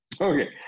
Okay